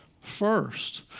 first